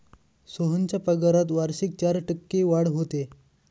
सोहनच्या पगारात वार्षिक चार टक्के वाढ होते